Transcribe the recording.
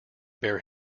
bear